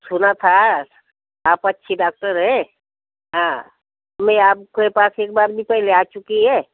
सुना था आप अच्छी डाक्टर है हाँ मैं आपके पास एक बार भी पहले आ चुकी है